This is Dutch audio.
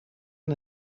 een